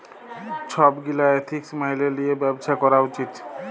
ছব গীলা এথিক্স ম্যাইলে লিঁয়ে ব্যবছা ক্যরা উচিত